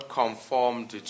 conformed